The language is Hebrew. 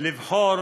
היכולת לבחור